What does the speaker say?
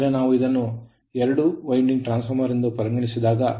ಆದರೆ ನಾವು ಇದನ್ನು ಎರಡು ಅಂಕುಡೊಂಕಾದ ಟ್ರಾನ್ಸ್ ಫಾರ್ಮರ್ ಎಂದು ಪರಿಗಣಿಸಿದಾಗ